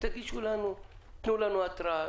תנו לנו התראה?